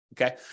Okay